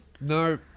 No